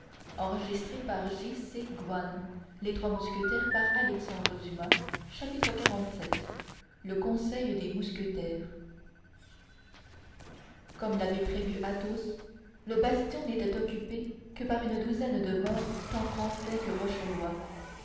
grimaud chapitre xlvii le conseil des mousquetaires comme l'avait prévu athos le bastion n'était occupé que par une douzaine de morts tant français que